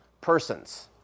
persons